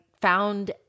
found